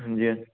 ਹਾਂਜੀ